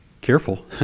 Careful